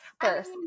first